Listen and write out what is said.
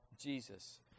Jesus